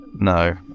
No